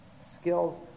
skills